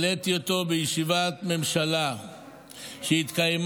העליתי אותו בישיבת ממשלה שהתקיימה,